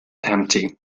empty